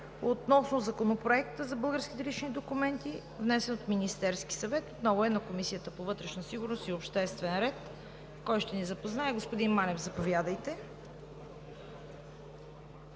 относно Законопроекта за българските лични документи, внесен от Министерския съвет. Отново е на Комисията по вътрешна сигурност и обществен ред. Кой ще ни запознае? Господин Манев, заповядайте.